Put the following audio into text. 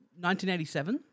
1987